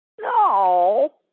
No